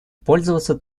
пользоваться